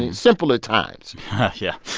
simpler times yeah